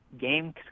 game